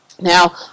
Now